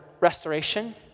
restoration